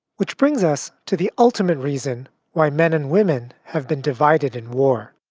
which brings us to the ultimate reason why men and women have been divided in war.